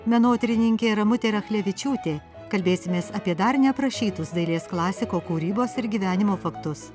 menotyrininkė ramutė rachlevičiūtė kalbėsimės apie dar neaprašytus dailės klasiko kūrybos ir gyvenimo faktus